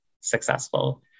successful